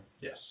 Yes